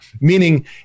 meaning